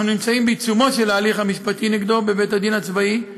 אנחנו נמצאים בעיצומו של ההליך המשפטי נגדו בבית-הדין הצבאי,